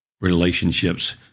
relationships